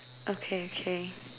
okay okay